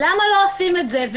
למה לא עושים את זה?